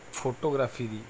photography the